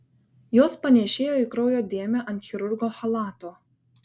jos panėšėjo į kraujo dėmę ant chirurgo chalato